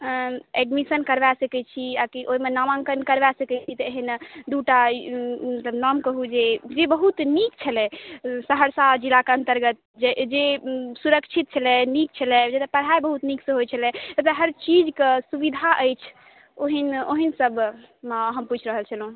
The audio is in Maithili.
एडमीशन करबा सकैत छी आकी ओहिमे नामाङ्कन करबा सकैत छी तऽ एहिना दूटा नाम कहु जे जे बहुत नीक छलै सहरसा जिलाके अन्तर्गत जे सुरक्षित छलै नीक छलै जतऽ पढ़ाइ बहुत नीकसँ होइत छलै जतऽ हर चीजके सुविधा अछि ओहि ओहिसबमे हम पूछि रहल छलहुँ